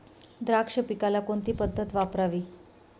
द्राक्ष पिकाला कोणती पद्धत वापरावी?